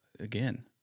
Again